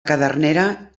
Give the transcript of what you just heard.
cadernera